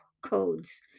codes